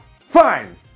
Fine